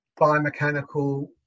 biomechanical